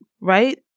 right